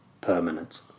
permanent